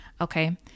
Okay